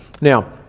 Now